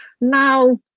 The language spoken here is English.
now